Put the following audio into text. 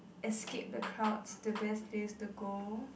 escape the crowd the best place to go